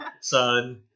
son